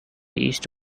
east